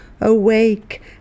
Awake